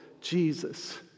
Jesus